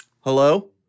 Hello